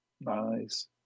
nice